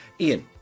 ian